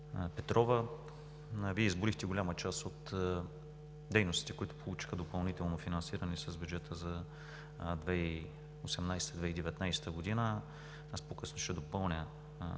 Петрова, Вие изброихте голяма част от дейностите, които получиха допълнително финансиране с бюджета за 2018 – 2019 г. По-късно ще допълня